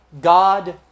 God